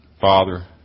father